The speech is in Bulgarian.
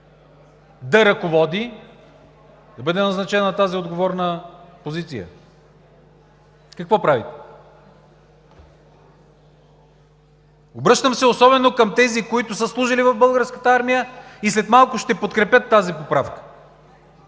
да ръководи, да бъде назначен на тази отговорна позиция. Какво правите?! Обръщам се особено към тези, които са служили в Българската армия и след малко ще подкрепят тази поправка.